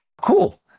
Cool